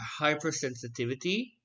hypersensitivity